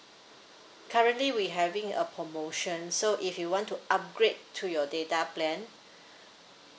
currently we having a promotion so if you want to upgrade to your data plan